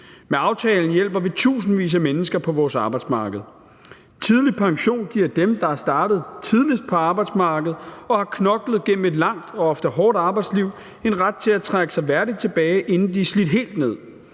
Med aftalen hjælper vi tusindvis af mennesker på vores arbejdsmarked. Tidlig pension giver dem, der er startet tidligst på arbejdsmarkedet, og som har knoklet igennem et langt og ofte hårdt arbejdsliv, en ret til at trække sig værdigt tilbage, inden de er slidt helt ned.